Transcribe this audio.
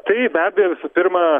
taip be abejo visų pirma